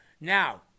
Now